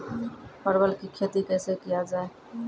परवल की खेती कैसे किया जाय?